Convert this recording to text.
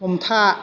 हमथा